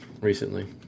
recently